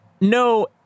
No